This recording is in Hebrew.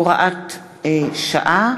הוראת שעה,